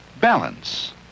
Balance